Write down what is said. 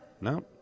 No